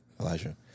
elijah